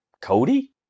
Cody